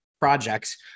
projects